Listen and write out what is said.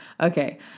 Okay